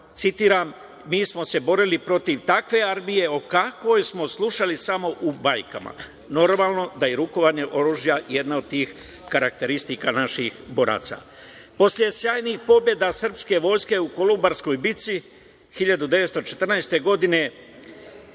citiram: „Mi smo se borili protiv takve armije o kakvoj smo slušali samo u bajkama“. Normalno da je rukovanje oružja jedna od tih karakteristika naših boraca. Posle sjajnih pobeda srpske vojske u Kolubarskoj bici 1914. godine,